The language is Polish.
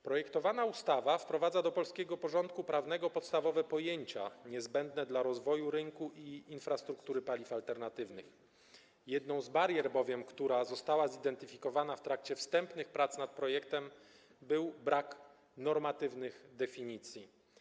Projektowana ustawa wprowadza do polskiego porządku prawnego podstawowe pojęcia niezbędne dla rozwoju rynku i infrastruktury paliw alternatywnych, bowiem jedną z barier, które zostały zidentyfikowane w trakcie wstępnych prac nad projektem, był brak normatywnych definicji.